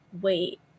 wait